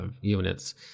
units